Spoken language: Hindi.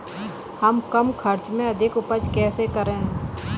हम कम खर्च में अधिक उपज कैसे करें?